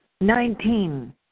Nineteen